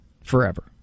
forever